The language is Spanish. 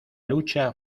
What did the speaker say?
lucha